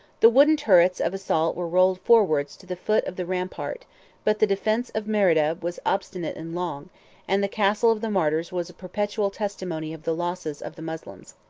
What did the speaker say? the wooden turrets of assault were rolled forwards to the foot of the rampart but the defence of merida was obstinate and long and the castle of the martyrs was a perpetual testimony of the losses of the moslems.